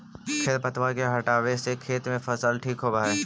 खेर पतवार के हटावे से खेत में फसल ठीक होबऽ हई